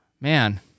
Man